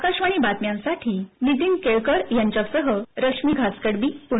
आकाशवाणी बातम्यांसाठी नीतीन केळकर यांच्यासह रश्मी घासकडबी पुणे